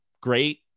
great